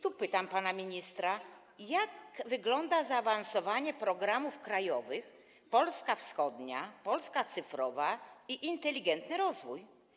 Tu pytam pana ministra: Jak wygląda zaawansowanie programów krajowych „Polska Wschodnia”, „Polska cyfrowa” i „Inteligentny rozwój”